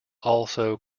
also